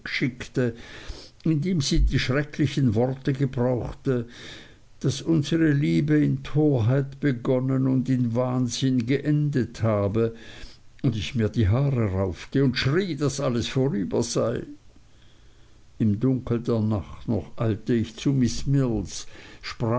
dem sie die schrecklichen worte gebrauchte daß unsere liebe in torheit begonnen und in wahnsinn geendet habe und ich mir die haare raufte und schrie daß alles vorüber sei im dunkel der nacht noch eilte ich zu miß mills